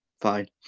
fine